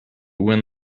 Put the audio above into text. win